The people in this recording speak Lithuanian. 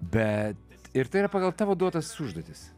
bet ir tai yra pagal tavo duotas užduotis